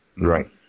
Right